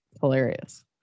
hilarious